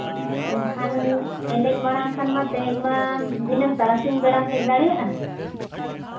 ᱮᱱᱠᱷᱟᱱ ᱮᱱᱮᱡ ᱢᱟᱲᱟᱝ ᱠᱷᱟᱱ ᱢᱟ ᱛᱮᱦᱮᱧ ᱢᱟ ᱫᱷᱤᱱᱟᱹᱝ ᱛᱟᱨᱟᱥᱤᱧ ᱵᱮᱲᱟᱢ ᱦᱮᱡ ᱫᱟᱲᱮᱭᱟᱜᱼᱟ